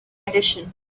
edition